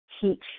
teach